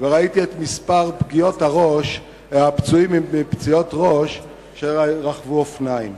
וראיתי את מספר הפצועים בפציעות ראש שרכבו על אופניים.